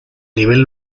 nivel